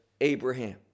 Abraham